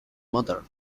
mother